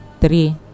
three